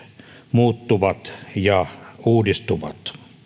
muuttuvat ja uudistuvat